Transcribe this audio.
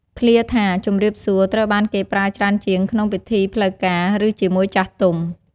ឃ្លាថា «ជំរាបសួរ» ត្រូវបានគេប្រើច្រើនជាងក្នុងពិធីផ្លូវការ ឬ ជាមួយចាស់ទុំ។